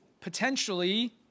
potentially